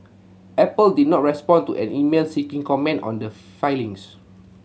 Apple did not respond to an email seeking comment on the filings